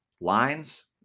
lines